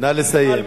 נא לסיים.